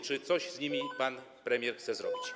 Czy coś z nimi pan premier chce zrobić?